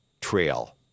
trail